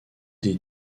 des